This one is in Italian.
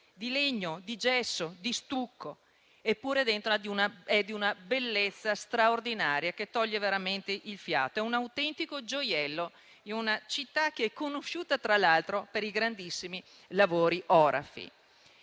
di legno, di gesso, di stucco, la sua bellezza straordinaria toglie veramente il fiato. È un autentico gioiello in una città che è conosciuta, tra l'altro, per i grandissimi lavori orafi.